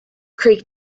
creek